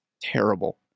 terrible